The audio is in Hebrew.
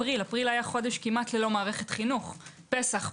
אפריל היה חודש כמעט לא מערכת חינוך פסח,